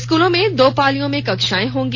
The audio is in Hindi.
स्कूलों में दो पालियों में कक्षाएं होंगी